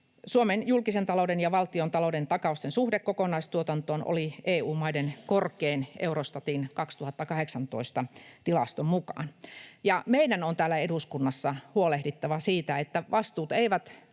Suomen julkisen talouden ja valtiontalouden takausten suhde kokonaistuotantoon oli EU-maiden korkein Eurostatin vuoden 2018 tilaston mukaan, ja meidän on täällä eduskunnassa huolehdittava siitä, että vastuut eivät